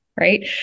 right